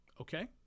Okay